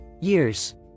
years